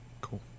Cool